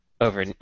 over